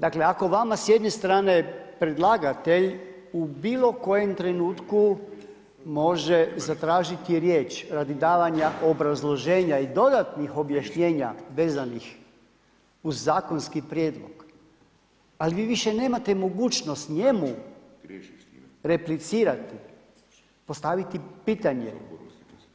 Dakle, ako vama s jedne strane predlagatelj u bilo kojem trenutku može zatražiti riječ radi davanja obrazloženja i dodatnih objašnjenja vezanih uz zakonski prijedlog ali vi više nemate mogućnost njemu replicirati, postaviti pitanje,